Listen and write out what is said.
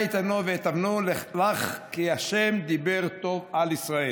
לכה אִתנו והטבנו לך כי ה' דִּבר טוב על ישראל".